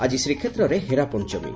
ଆଜି ଶ୍ରୀକ୍ଷେତ୍ରରେ ହେରାପଞ୍ଚମୀ